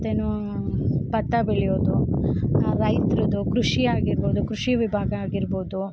ಮತ್ತೇನು ಭತ್ತ ಬೆಳೆಯೋದು ರೈತ್ರದು ಕೃಷಿಯಾಗಿರಬೋದು ಕೃಷಿ ವಿಭಾಗ ಆಗಿರಬೋದು